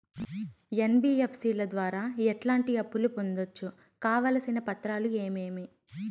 NBFC ల ద్వారా ఎట్లాంటి అప్పులు పొందొచ్చు? కావాల్సిన పత్రాలు ఏమేమి?